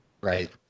Right